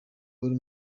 kuri